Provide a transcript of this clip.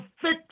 fix